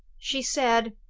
she said,